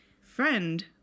Friend